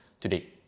today